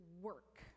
work